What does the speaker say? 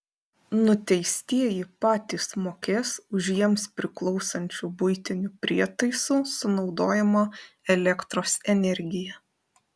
nuteistieji patys mokės už jiems priklausančių buitinių prietaisų sunaudojamą elektros energiją